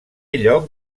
lloc